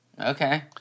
Okay